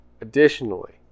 additionally